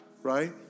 Right